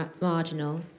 marginal